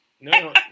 No